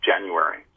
January